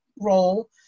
role